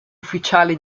ufficiale